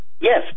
Yes